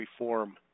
reform